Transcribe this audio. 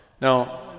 Now